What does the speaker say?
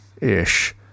ish